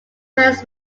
parents